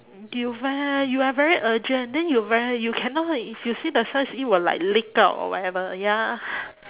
you ve~ you are very urgent then you very you cannot if you see the signs it will like leak out or whatever ya